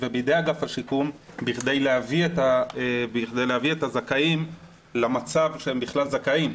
ובידי אגף השיקום בכדי להביא את הזכאים למצב שהם בכלל זכאים.